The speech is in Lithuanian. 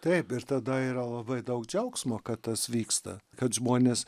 taip ir tada yra labai daug džiaugsmo kad tas vyksta kad žmonės